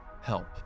Help